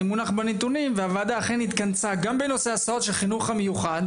אני מונח בנתונים והוועדה אכן התכנסה גם בנושא ההסעה של החינוך המיוחד.